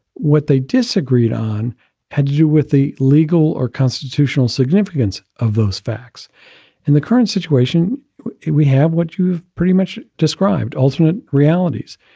what they disagreed on had to do with the legal or constitutional significance of those facts in the current situation we have what you've pretty much described, alternate realities.